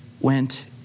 went